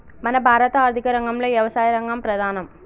మన భారత ఆర్థిక రంగంలో యవసాయ రంగం ప్రధానం